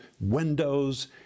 Windows